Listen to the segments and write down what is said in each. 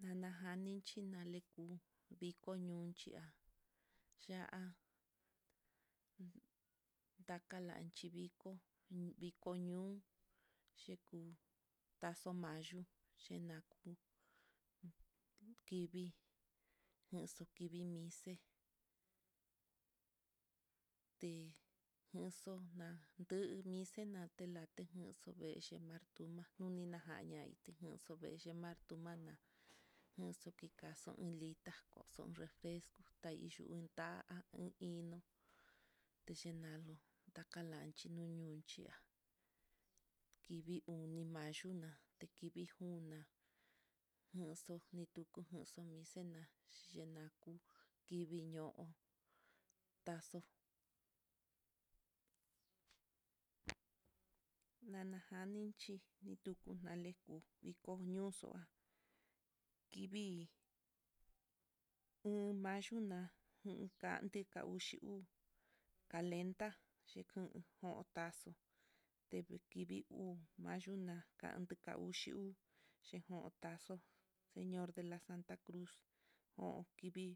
Nanajalinchi nani kuu viko nunchi'a, ya'a lakanchi vii ko viko ñoo teku taxo mayo c ku vikii jaxo kivii mixe, te na'a ndu nixela tela, tajan xo'o vexhi martuma nuninajaña tejan xu veexhi marmana, jaxo kikaxo lita xun ton refresco, yuu unta'a i iin ino techinalo takalanchi nunchiá, kivii oni mayo na'a tekivii nguna janxo ni tuku janxo nixena c aku kivii ñoo taxo nana janinchi nituku naiku viko noxo'a, viki uun mayo no'a un kante ká uxi uu kalente xhi o'on jon taxo, te kivii uu mayo na kandeka uxi uu ejon taxo, señor de la santa cruz jon kivii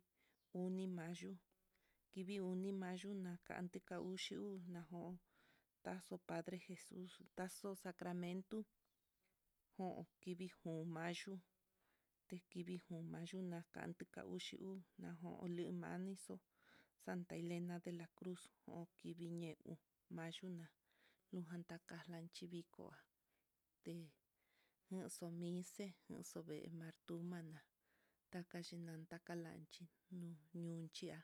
oni mayo kivii oni mayo na'a kanti ka uxi uu na'a jon taxo padre taxo sagramento jon kivii jon mayo, te kivii jon mayo nakante ka uxi uu ná joli nanixo'o, santa elena de la cruz on tivii ñe uu mayu na'a lujan takalichi vii koa té naxo misa naxo vee mardumana takaxhi takalinchi nun nonchi'á.